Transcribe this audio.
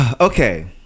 okay